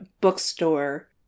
bookstore